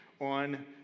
on